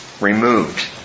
removed